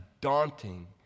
daunting